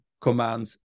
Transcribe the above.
commands